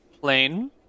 plane